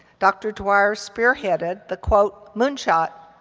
dr. dwyer spearheaded the, quote, moonshot,